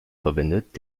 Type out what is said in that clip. verwendet